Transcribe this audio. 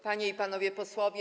Panie i Panowie Posłowie!